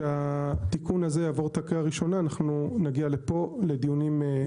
כשהתיקון הזה יעבור את הקריאה הראשונה נגיע לפה לדיוני המשך.